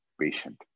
patient